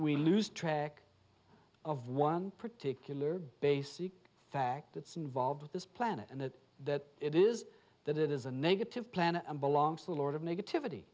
we lose track of one particular basic fact that's involved with this planet and that that it is that it is a negative planet and belongs to lord of negativity